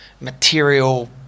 material